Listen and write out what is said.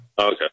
Okay